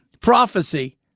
prophecy